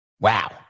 Wow